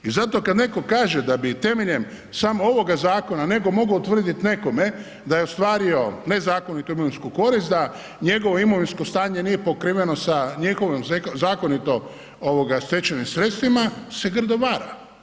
I zato kad netko kaže da bi temeljem samo ovoga zakona netko mogao utvrditi nekome da je ostvario nezakonitu imovinsku korist, da njegovo imovinsko stanje nije pokriveno sa njegovim zakonito ovoga stečenim sredstvima se grdo vara.